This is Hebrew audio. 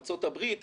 ארצות הברית,